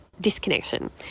disconnection